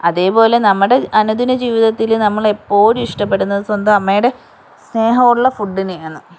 അതേപോലെ നമ്മുടെ അനുദിന ജീവിതത്തിൽ നമ്മളെപ്പോഴും ഇഷ്ടപ്പെടുന്നത് സ്വന്തം അമ്മയുടെ സ്നേഹമുള്ള ഫുഡ്ഡിനേയാണ്